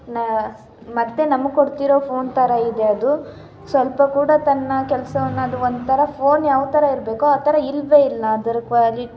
ನಾ ಮತ್ತೆ ನಮಗೆ ಕೊಡ್ತಿರೋ ಫೋನ್ ಥರ ಇದೆ ಅದು ಸ್ವಲ್ಪ ಕೂಡ ತನ್ನ ಕೆಲಸವನ್ನ ಅದು ಒಂಥರ ಫೋನ್ ಯಾವ ಥರ ಇರಬೇಕೋ ಆ ಥರ ಇಲ್ಲವೇ ಇಲ್ಲ ಅದರ ಕ್ವಾಲಿ